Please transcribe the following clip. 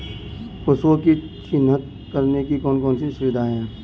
पशुओं को चिन्हित करने की कौन कौन सी विधियां हैं?